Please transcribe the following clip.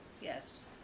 Yes